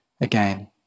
again